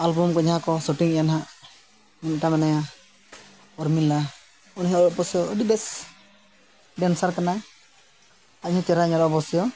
ᱟᱞᱵᱟᱢ ᱠᱚ ᱡᱟᱦᱟᱸ ᱠᱚ ᱥᱩᱴᱤᱝ ᱮᱫᱟ ᱱᱟᱦᱟᱸᱜ ᱢᱤᱫᱴᱟᱝ ᱢᱮᱱᱟᱭᱟ ᱩᱨᱢᱤᱞᱟ ᱩᱱᱤ ᱦᱚᱸ ᱚᱵᱚᱥᱥᱳᱭ ᱟᱹᱰᱤ ᱵᱮᱥ ᱰᱮᱱᱥᱟᱨ ᱠᱟᱱᱟᱭ ᱟᱨ ᱟᱡ ᱦᱚᱸ ᱪᱮᱨᱦᱟᱭ ᱧᱮᱞᱚᱜᱼᱟ ᱚᱵᱚᱥᱥᱳᱭ